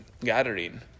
gathering